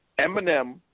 Eminem